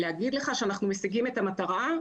להגיד לך שאנחנו משיגים את המטרה,